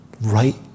right